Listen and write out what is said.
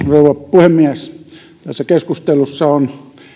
puhemies tässä keskustelussa on